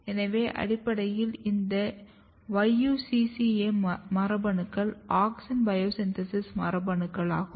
எனவே அடிப்படையில் இந்த YUCCA மரபணுக்கள் ஆக்ஸின் பயோ சின்தேசிஸ் மரபணுக்கள் ஆகும்